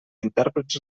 intèrprets